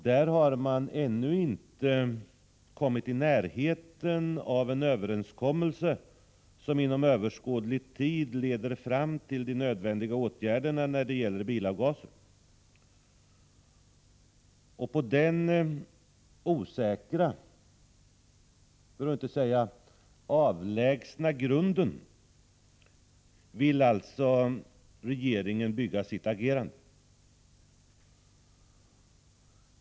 Där har man ännu inte kommit i närheten av en överenskommelse som inom överskådlig tid leder fram till de nödvändiga åtgärderna när det gäller bilavgaser. På den osäkra, för att inte säga avlägsna grunden vill alltså regeringen bygga sitt agerande.